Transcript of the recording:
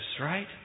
right